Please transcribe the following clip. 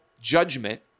judgment